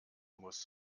muss